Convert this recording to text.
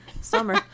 summer